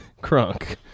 crunk